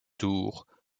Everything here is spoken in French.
tour